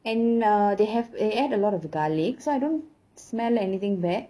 and uh they have they add a lot of garlic so I don't smell anything bad